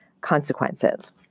consequences